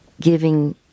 giving